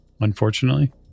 Unfortunately